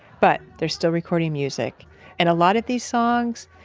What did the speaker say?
but they're still recording music and a lot of these songs,